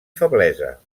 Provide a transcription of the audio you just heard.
feblesa